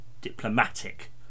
diplomatic